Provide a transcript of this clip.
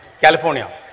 California